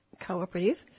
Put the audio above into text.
Cooperative